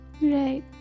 right